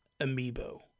Amiibo